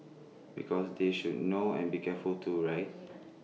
because they should know and be careful too right